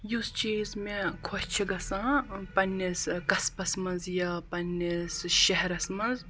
یُس چیٖز مےٚ خۄش چھِ گژھان پنٛنِس قصبس منٛز یا پنٛنِس شہرس منٛز